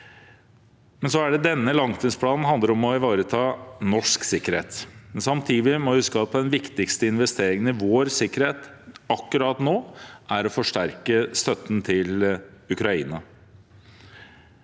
Denne langtidsplanen handler om å ivareta norsk sikkerhet. Samtidig må vi huske at den viktigste investeringen i vår sikkerhet akkurat nå er å forsterke støtten til Ukraina.